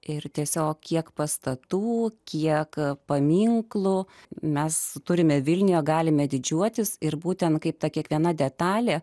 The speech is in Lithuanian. ir tiesiog kiek pastatų kiek paminklų mes turime vilniuje galime didžiuotis ir būtent kaip ta kiekviena detalė